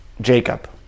Jacob